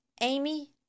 Amy